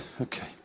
okay